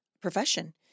profession